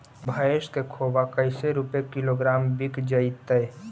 भैस के खोबा कैसे रूपये किलोग्राम बिक जइतै?